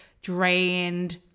drained